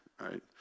right